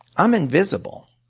i'm invisible.